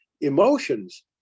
emotions